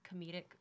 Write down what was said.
comedic